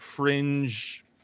fringe